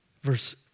Verse